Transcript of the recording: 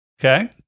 Okay